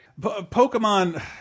Pokemon